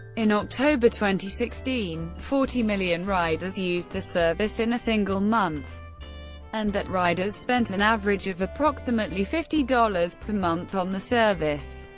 in october two sixteen, forty million riders used the service in a single month and that riders spent an average of approximately fifty dollars per month on the service.